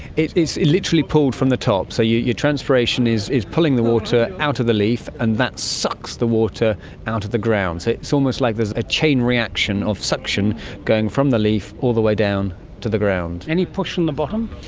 it is literally pulled from the top, so your transpiration is is pulling the water out of the leaf and that sucks the water out of the ground. so it's almost like there's a chain reaction of suction going from the leaf all the way down to the ground. any push from the bottom?